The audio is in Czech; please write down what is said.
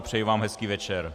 Přeji vám hezký večer.